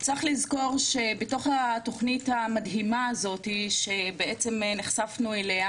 צריך לזכור שבתוך התוכנית המדהימה הזאת שנחשפנו אליה